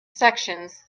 sections